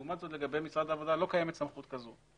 לעומת זאת, למשרד העבודה לא קיימת סמכות כזו.